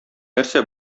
нәрсә